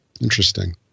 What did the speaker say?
Interesting